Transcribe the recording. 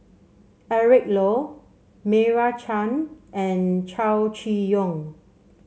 Eric Low Meira Chand and Chow Chee Yong